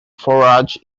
forage